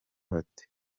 bate